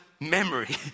Memory